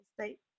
state